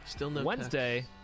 wednesday